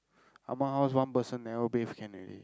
amma house one person never bathe can already